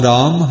Ram